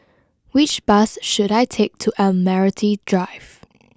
which bus should I take to Admiralty Drive